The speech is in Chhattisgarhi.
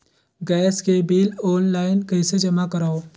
गैस के बिल ऑनलाइन कइसे जमा करव?